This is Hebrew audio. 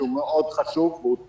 שהוא חשוב מאוד והוא תנאי.